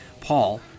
Paul